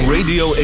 Radio